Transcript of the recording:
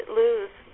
lose